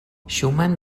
schumann